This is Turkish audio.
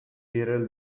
yerel